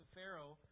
Pharaoh